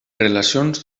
relacions